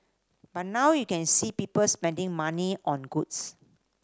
but now you can see people spending money on goods